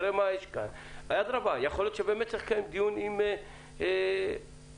יכול להיות שצריך לקיים דיון אודות